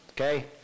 okay